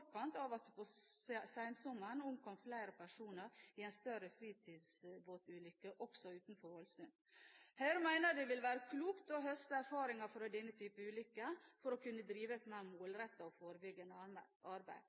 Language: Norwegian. av at det på sensommeren omkom flere personer i en større fritidsbåtulykke utenfor Ålesund. Høyre mener det vil være klokt å høste erfaringer fra denne type ulykker for å kunne drive et mer målrettet forebyggende arbeid.